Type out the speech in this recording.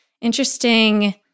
interesting